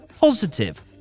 positive